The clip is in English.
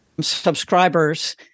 subscribers